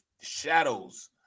shadows